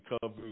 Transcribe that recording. cover